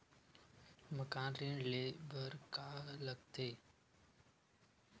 मकान ऋण ले बर का का लगथे?